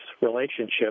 relationship